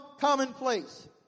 commonplace